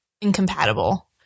incompatible